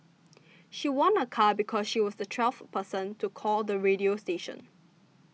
she won a car because she was the twelfth person to call the radio station